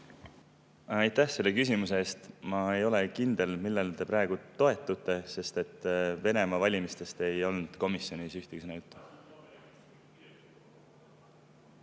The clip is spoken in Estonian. Aitäh selle küsimuse eest! Ma ei ole kindel, millele te praegu toetute, sest Venemaa valimistest ei olnud komisjonis ühtegi